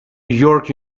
york